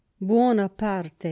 Buonaparte